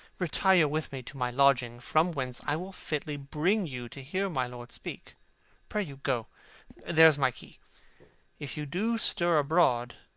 retire with me to my lodging, from whence i will fitly bring you to hear my lord speak pray you, go there's my key if you do stir abroad,